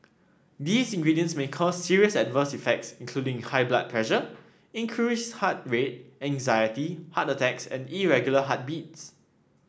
these ingredients may cause serious adverse effects including high blood pressure increased heart rate anxiety heart attacks and irregular heartbeats